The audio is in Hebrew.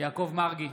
יעקב מרגי,